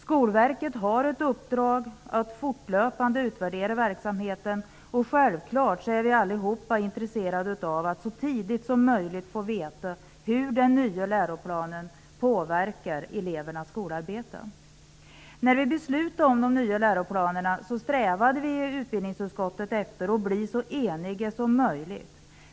Skolverket har ett uppdrag att fortlöpande utvärdera verksamheten, och självfallet är vi alla intresserade av att så tidigt som möjligt få veta hur den nya läroplanen påverkar elevernas skolarbete. När vi beslutade om de nya läroplanerna strävade vi utbildningsutskottet efter att bli så eniga som möjligt.